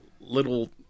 little